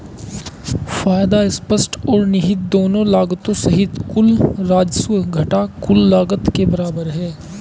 फायदा स्पष्ट और निहित दोनों लागतों सहित कुल राजस्व घटा कुल लागत के बराबर है